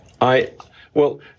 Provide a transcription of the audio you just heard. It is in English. I—well